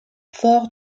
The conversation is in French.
forts